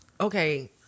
okay